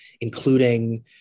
including